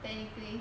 technically